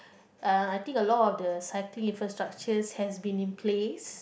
uh I think a lot of the cycling infrastructures has been in place